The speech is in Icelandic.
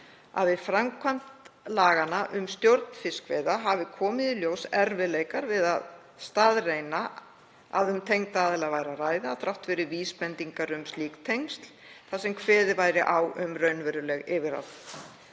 að við framkvæmd laga um stjórn fiskveiða hafi komið í ljós erfiðleikar við að staðreyna að um tengda aðila væri að ræða þrátt fyrir vísbendingar um slík tengsl þar sem kveðið væri á um raunveruleg yfirráð.